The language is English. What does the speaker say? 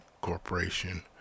Corporation